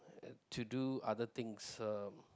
to do other things uh